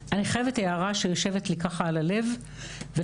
אני חייבת הערה שיושבת לי ככה על הלב ולדעתי,